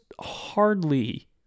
hardly